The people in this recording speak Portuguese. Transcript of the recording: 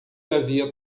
havia